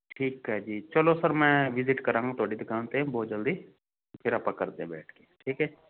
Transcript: ਠੀਕ ਐ ਜੀ ਚਲੋ ਸਰ ਮੈਂ ਵਿਜਿਟ ਕਰਾਂਗਾ ਤੁਹਾਡੀ ਦੁਕਾਨ ਤੇ ਬਹੁਤ ਜਲਦੀ ਫੇਰ ਆਪਾਂ ਕਰਦੇ ਆਂ ਬੈਠ ਕੇ ਠੀਕ ਐ